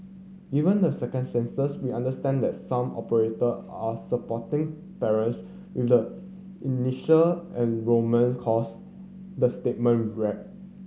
given the circumstances we understand that some operator are supporting parents with the initial enrolment cost the statement read